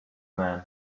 man